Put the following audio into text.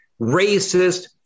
racist